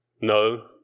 No